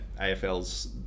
AFL's